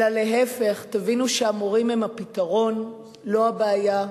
אלא להיפך, תבינו שהמורים הם הפתרון, לא הבעיה.